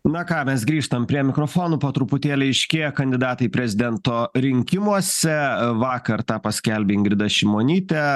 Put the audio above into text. na ką mes grįžtam prie mikrofonų po truputėlį aiškėja kandidatai į prezidento rinkimuose vakar tą paskelbė ingrida šimonytė